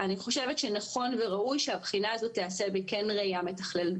אני חושבת שנכון וראוי שהבחינה הזאת תיעשה בכן ראייה מתחללת.